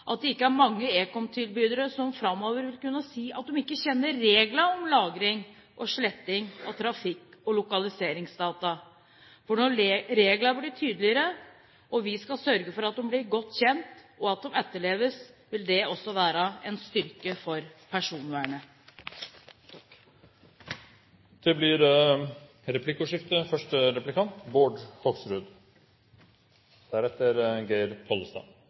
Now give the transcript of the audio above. at det ikke er mange ekomtilbydere framover som vil kunne si at de ikke kjenner reglene om lagring og sletting av trafikk- og lokaliseringsdata. For nå blir reglene tydeligere, og vi skal sørge for at de blir godt kjent, og at de etterleves. Det vil også være en styrke for personvernet. Det blir replikkordskifte.